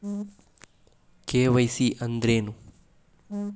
KYC ಅಂದ್ರೇನು?